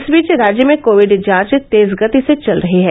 इस बीच राज्य में कोविड जांच तेज गति से चल रही है